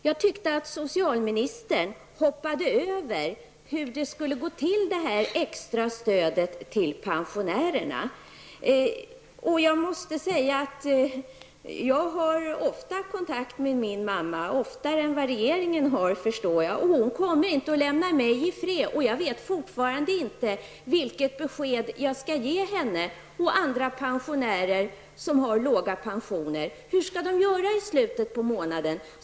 Jag tyckte att socialministern hoppade över att tala om hur det skulle gå till med det extra stödet till pensionärerna. Jag måste säga att jag ofta har kontakt med min mamma -- oftare än man har sådana kontakter i regeringen, förstår jag -- och hon kommer inte att lämna mig i fred. Jag vet fortfarande inte vilket besked jag skall ge henne och andra pensionärer som har låga pensioner: Hur skall de göra i slutet av månaden?